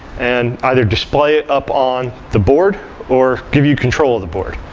and either display it up on the board or give you control of the board.